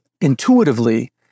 intuitively